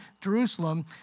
Jerusalem